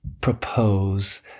propose